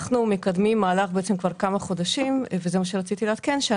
אנחנו מקדמים מהלך כבר כמה חודשים של תיקון